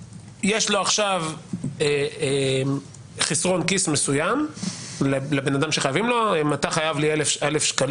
לבן אדם יש חסרון כיס מסוים והוא חייב לי 1,000 ש"ח.